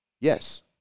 Yes